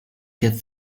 get